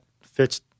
fits